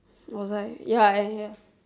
was I ya I ya